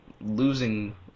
Losing